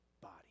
body